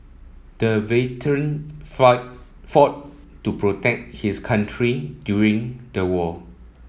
the veteran fought to protect his country during the war